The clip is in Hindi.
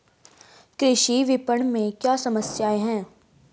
कृषि विपणन में क्या समस्याएँ हैं?